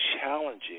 challenging